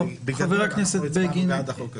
אבל בגדול אנחנו הצבענו בעד החוק הזה.